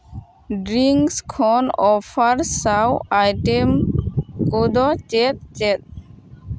drinks ᱠᱷᱚᱱ offer ᱥᱟᱶ item ᱠᱚᱫᱚ ᱪᱮᱫ ᱪᱮᱫ